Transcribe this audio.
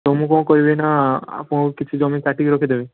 ତ ମୁଁ କ'ଣ କହିବି ଏଇନା ଆପଣଙ୍କର କିଛି ଜମି କାଟିକି ରଖିଦେବେ